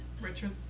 Richard